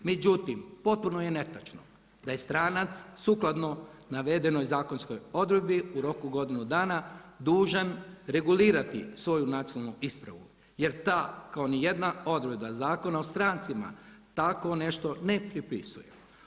Međutim, potpuno je netočno da je stranac sukladno navedenoj zakonskoj odredbi u roku godinu dana dužan regulirati svoju nacionalnu ispravu jer ta kao nijedna odredba Zakona o strancima tako nešto ne propisuje.